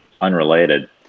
unrelated